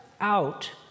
out